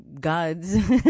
gods